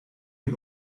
ihn